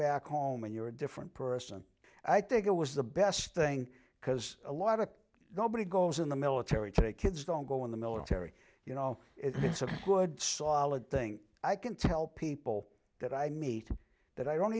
back home and you're a different person i think it was the best thing because a lot of nobody goes in the military take kids don't go in the military you know it's a good thing i can tell people that i meet that i don't